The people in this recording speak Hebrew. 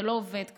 זה לא עובד ככה.